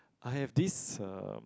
I have this um